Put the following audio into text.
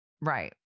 right